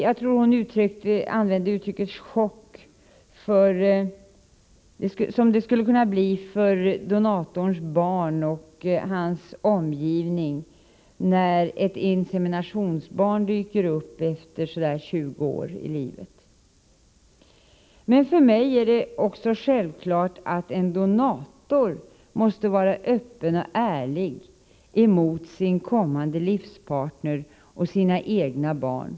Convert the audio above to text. Jag tror att hon använde uttrycket chock när hon talade om hur det skulle kunna bli för donatorns barn och hans omgivning när ett inseminationsbarn dyker upp efter så där 20 år i livet. För mig är det också självklart att en donator måste vara öppen och ärlig emot sin kommande livspartner och mot sina egna barn.